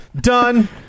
Done